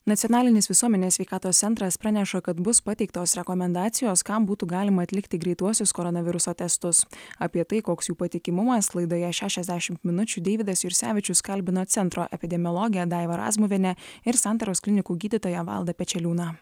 nacionalinis visuomenės sveikatos centras praneša kad bus pateiktos rekomendacijos kam būtų galima atlikti greituosius koronaviruso testus apie tai koks jų patikimumas laidoje šešiasdešimt minučių deividas jursevičius kalbino centro epidemiologę daivą razmuvienę ir santaros klinikų gydytoją valdą pečeliūną